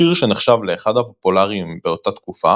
השיר שנחשב לאחד הפופולריים באותה התקופה